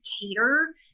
cater